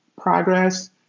progress